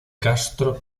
castro